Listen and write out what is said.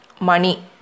money